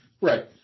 Right